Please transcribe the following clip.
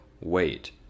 wait